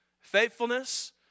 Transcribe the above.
Faithfulness